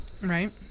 right